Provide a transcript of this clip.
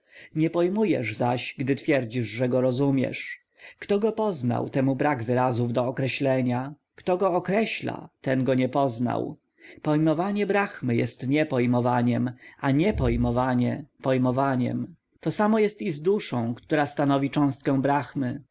nie pojmujesz zaś gdy twierdzisz że go rozumiesz kto go poznał temu brak wyrazów do określenia kto go określa ten go nie poznał pojmowanie brahmy jest niepojmowanie a niepojmowanie pojmowanie to samo jest i z dusza która stanowi cząstkę brahmy